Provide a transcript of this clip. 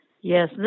Yes